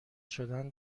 شدن